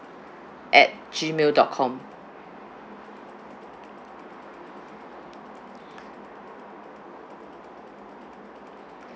at gmail dot com